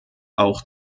auch